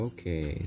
Okay